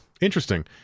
Interesting